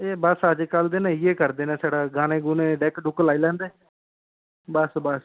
एह् बस अज्ज्कल दे न इ'यै करदे न छड़ा गाने गुने डैक डुक लाई लैंदे बस बस